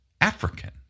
African